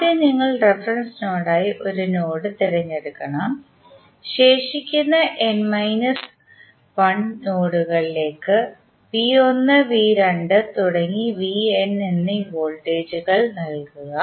ആദ്യം നിങ്ങൾ റഫറൻസ് നോഡായി ഒരു നോഡ് തിരഞ്ഞെടുക്കണം ശേഷിക്കുന്ന നോഡുകളിലേക്ക് V1 V2 Vn എന്ന് വോൾട്ടേജുകൾ നൽകുക